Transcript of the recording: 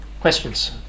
Questions